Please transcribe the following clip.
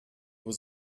was